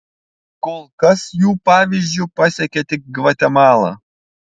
kol kas jų pavyzdžiu pasekė tik gvatemala